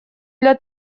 для